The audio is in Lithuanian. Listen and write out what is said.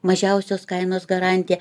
mažiausios kainos garantija